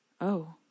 Oh